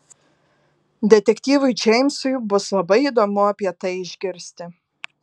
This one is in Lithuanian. detektyvui džeimsui bus labai įdomu apie tai išgirsti